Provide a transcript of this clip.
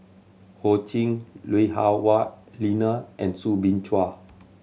Ho Ching Lui Hah Wah Elena and Soo Bin Chua